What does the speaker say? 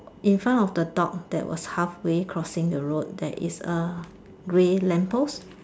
in front of the dog that was half way crossing the road there is a grey lamp post